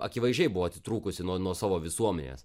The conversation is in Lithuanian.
akivaizdžiai buvo atitrūkusi nuo nuo savo visuomenės